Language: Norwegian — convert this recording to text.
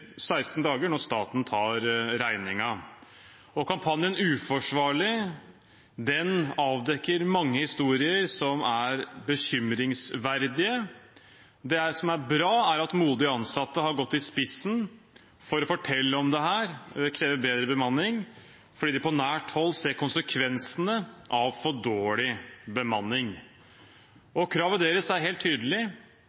16 dager når staten tar regningen. Kampanjen #uforsvarlig avdekker mange historier som er bekymringsverdige. Det som er bra, er at modige ansatte har gått i spissen for å fortelle om dette og krever bedre bemanning, fordi de på nært hold ser konsekvensene av for dårlig bemanning.